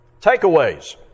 Takeaways